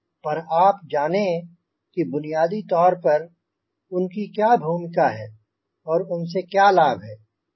पर आप जाने कि बुनियादी तौर पर उनकी क्या भूमिका है और उन से क्या लाभ हैं